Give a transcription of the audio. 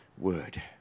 word